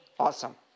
Awesome